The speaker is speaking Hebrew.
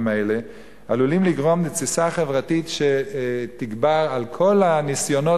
האלה עלולות לגרום לתסיסה חברתית שתגבר על כל הניסיונות